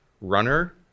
runner